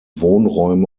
wohnräume